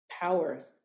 power